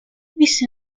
visse